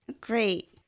Great